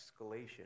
escalation